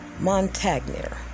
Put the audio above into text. Montagnier